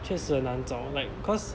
确实很难找 like cause